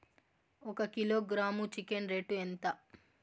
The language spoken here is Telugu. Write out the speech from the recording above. ఒక కిలోగ్రాము చికెన్ రేటు ఎంత?